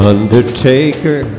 Undertaker